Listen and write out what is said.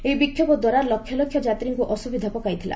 ଏହି ବିକ୍ଷୋଭ ଦ୍ୱାରା ଲକ୍ଷଲକ୍ଷ ଯାତ୍ରୀଙ୍କୁ ଅସୁବିଧାରେ ପକାଇଥିଲା